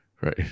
right